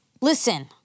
Listen